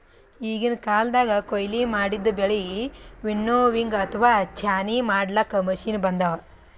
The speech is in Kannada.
ಈಗಿನ್ ಕಾಲ್ದಗ್ ಕೊಯ್ಲಿ ಮಾಡಿದ್ದ್ ಬೆಳಿ ವಿನ್ನೋವಿಂಗ್ ಅಥವಾ ಛಾಣಿ ಮಾಡ್ಲಾಕ್ಕ್ ಮಷಿನ್ ಬಂದವ್